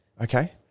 Okay